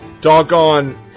doggone